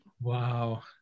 Wow